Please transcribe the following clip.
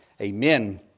Amen